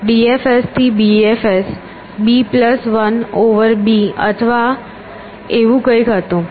DFS થી BFS b1 over b અથવા એવું કંઈક હતું